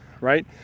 right